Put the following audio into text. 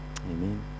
Amen